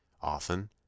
often